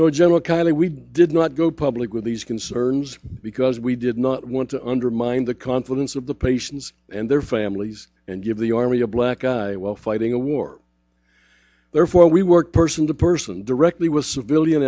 no general kiley we did not go public with these concerns because we did not want to undermine the confidence of the patients and their families and give the army a black eye while fighting a war therefore we work person to person directly with civilian